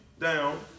down